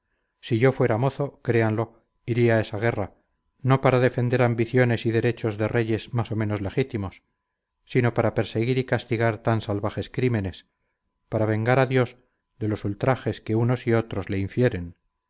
si yo fuera mozo créanlo iría a esa guerra no para defender ambiciones y derechos de reyes más o menos legítimos sino para perseguir y castigar tan salvajes crímenes para vengar a dios de los ultrajes que unos y otros le infieren